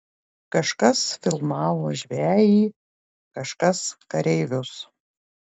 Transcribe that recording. kažkas filmavo žvejį kažkas kareivius